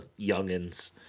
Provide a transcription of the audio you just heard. youngins